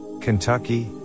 Kentucky